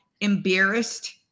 embarrassed